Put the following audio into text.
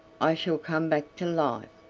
i shall come back to life.